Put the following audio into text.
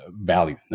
value